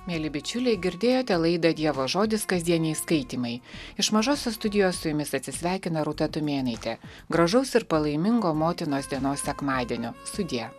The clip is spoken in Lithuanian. mieli bičiuliai girdėjote laidą dievo žodis kasdieniai skaitymai iš mažosios studijos su jumis atsisveikina rūta tumėnaitė gražaus ir palaimingo motinos dienos sekmadienio sudie